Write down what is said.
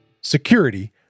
Security